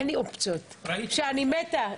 אין לי אופציות שאני מתה.